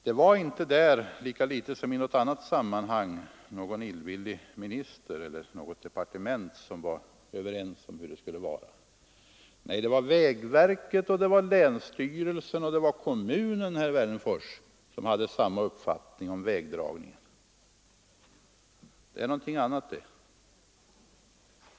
Där var det inte — lika litet som i något annat sammanhang — någon illvillig minister eller något illvilligt departement som bestämde hur det skulle vara. Nej, det var vägverket, länsstyrelsen och kommunen som hade samma uppfattning om vägdragningen, herr Wennerfors. Det är något annat det!